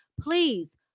Please